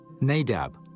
Nadab